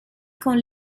con